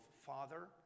father